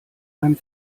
einem